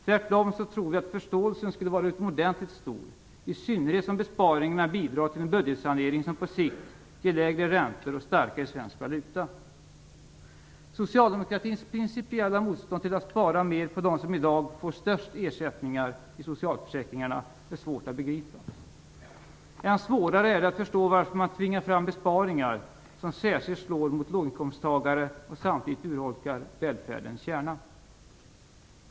Tvärtom tror vi att förståelsen skulle vara utomordentligt stor, i synnerhet som besparingarna bidrar till en budgetsanering som på sikt ger lägre räntor och starkare svensk valuta. Socialdemokraternas principiella motstånd till att spara mer på dem som i dag får störst ersättningar i socialförsäkringarna är svårt att begripa. Än svårare är det att förstå varför man tvingar fram besparingar som särskilt slår mot låginkomsttagare och som samtidigt urholkar välfärdens kärna.